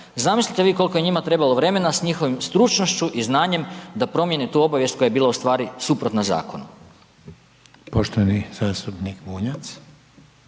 Zamislite vi koliko je njima trebalo vremena s njihovom stručnošću i znanjem da promjene tu obavijest koja je bila u stvari suprotna zakonu.